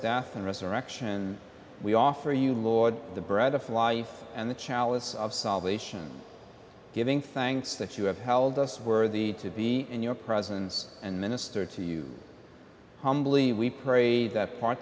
death and resurrection we offer you lord the bread of life and the chalice of salvation giving thanks that you have held us worthy to be in your presence and minister to you humbly we pray that par